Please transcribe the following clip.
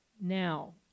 Now